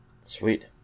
Sweet